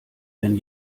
denn